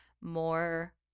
more